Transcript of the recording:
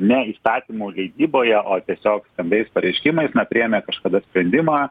ne įstatymų leidyboje o tiesiog skambiais pareiškimais na priėmė kažkada sprendimą